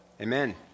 Amen